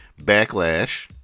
Backlash